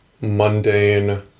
mundane